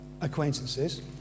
acquaintances